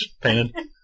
painted